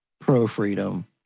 pro-freedom